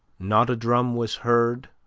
not a drum was heard,